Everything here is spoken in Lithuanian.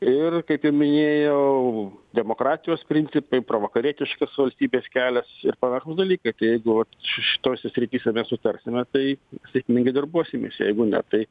ir kaip ir minėjau demokratijos principai provakarietiškas valstybės kelias ir panašūs dalykai tai jeigu šitose srityse mes sutarsime tai sėkmingai darbuosimės jeigu ne tai